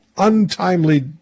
untimely